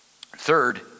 Third